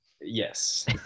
Yes